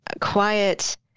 quiet